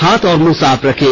हाथ और मुंह साफ रखें